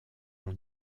ont